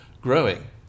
growing